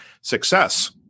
success